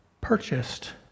purchased